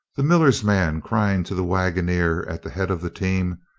the miller's man, crying to the wa goner at the head of the team,